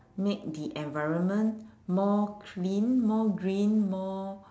make the environment more clean more green more